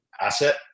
asset